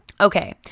okay